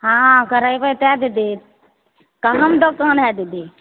हॅं करेबै तऽ दीदी कहाँ मे दोकान हइ दीदी